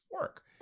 Work